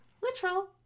literal